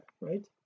right